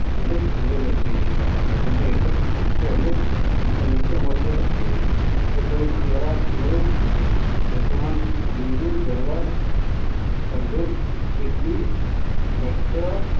ଅନେକ୍ ଅନେକ୍ ଅଛେ ଏନ୍ତା ଭାଷା ଯେନ୍ଟା ଏତ ବ୍ୟତୀତ ଅନେକ୍ ଲୋକ ନୃତ୍ୟ ମଧ୍ୟ ରହିଚେ ଯେପରି ଭାଙ୍ଗ୍ରା ଘୁମ୍ରୁ ଯଶମାନ ବିନ୍ଦୁ ଗର୍ବା ସରଦୁର୍ ଟିକ୍ଲି ଲକ୍ଷ